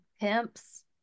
Pimps